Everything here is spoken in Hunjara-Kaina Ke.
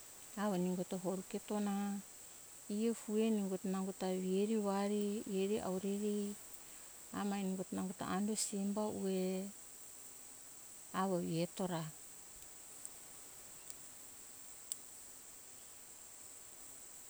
Avo ningo ta horu kito na ie fue ni ungo ta nango ta ere vari ere aureri amo ningo nango ta ando simba ue avo ieto ra